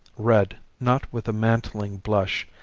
red, not with a mantling blush,